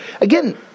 Again